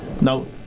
Now